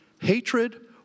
Hatred